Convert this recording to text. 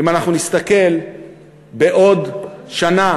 אם אנחנו נסתכל בעוד שנה,